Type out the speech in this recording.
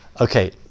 Okay